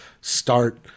start